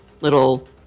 little